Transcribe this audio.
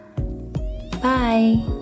Bye